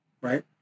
right